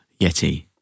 Yeti